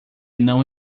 não